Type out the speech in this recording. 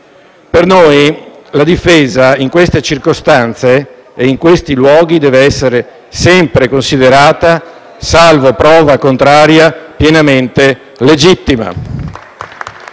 noi no: la difesa, in queste circostanze e in questi luoghi, dev'essere sempre considerata, salvo prova contraria, pienamente legittima.